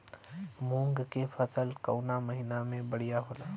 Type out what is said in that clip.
मुँग के फसल कउना महिना में बढ़ियां होला?